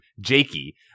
Jakey